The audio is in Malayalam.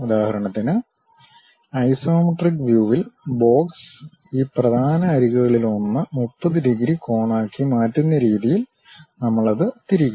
ഉദാഹരണത്തിന് ഐസോമെട്രിക് വ്യൂവിൽ ബോക്സ് ഈ പ്രധാന അരികുകളിലൊന്ന് 30 ഡിഗ്രി കോണാക്കി മാറ്റുന്ന രീതിയിൽ നമ്മൾ അത് തിരിക്കും